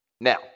Now